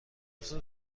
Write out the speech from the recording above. هفته